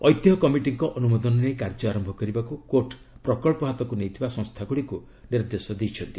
ଐତିହ୍ୟ କମିଟିଙ୍କ ଅନୁମୋଦନ ନେଇ କାର୍ଯ୍ୟ ଆରମ୍ଭ କରିବାକୁ କୋର୍ଟ ପ୍ରକଳ୍ପ ହାତକୁ ନେଇଥିବା ସଂସ୍ଥାଗୁଡ଼ିକୁ ନିର୍ଦ୍ଦେଶ ଦେଇଛନ୍ତି